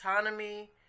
autonomy